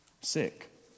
sick